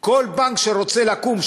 כל בנק שרוצה לקום,